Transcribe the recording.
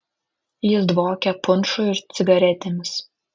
jis dvokė punšu ir cigaretėmis